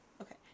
okay